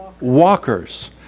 walkers